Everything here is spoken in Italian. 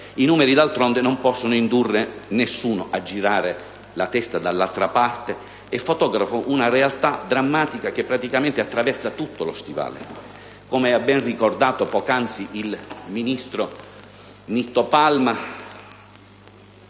I numeri, d'altronde, non possono indurre nessuno a girare la testa dall'altra parte, e fotografano una realtà drammatica che praticamente attraversa tutto lo Stivale. Come ha bene ricordato poc'anzi il ministro Palma,